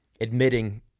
admitting